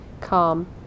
calm